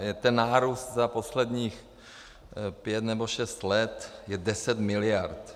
A ten nárůst za posledních pět nebo šest let je 10 miliard.